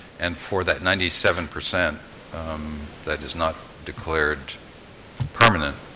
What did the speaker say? and for that ninety seven percent that is not declared permanent,